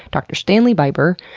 dr. stanley biber,